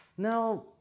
Now